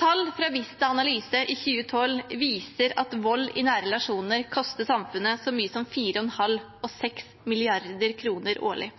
Tall fra Vista Analyse i 2012 viser at vold i nære relasjoner koster samfunnet så mye som mellom 4,5 mrd. kr og 6 mrd. kr årlig.